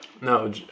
No